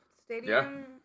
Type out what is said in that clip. stadium